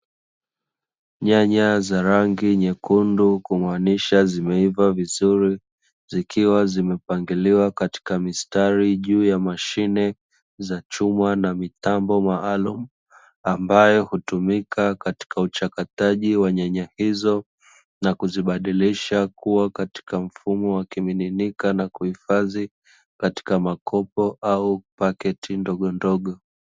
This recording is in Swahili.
Nyanya za rangi nyekundu kumaanisha zimeiva vizuri, zikiwa zimepangiliwa katika mistari juu ya mashine za chuma na mitambo maalumu, ambayo hutumika katika uchakataji wa nyanya hizo, kwa na kuzibadilisha kuwa katika mfumo wa kimiminika, na kuhifadhi katika makopo au paketi ndogondogo.